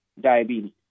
diabetes